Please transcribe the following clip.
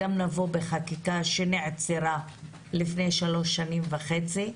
נבוא גם בחקיקה שנעצרה לפני שלוש שנים וחצי.